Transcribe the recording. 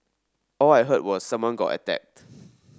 all I heard was someone got attacked